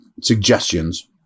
suggestions